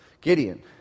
Gideon